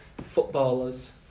footballers